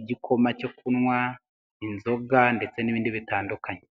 igikoma cyo kunywa inzoga ndetse n'ibindi bitandukanye.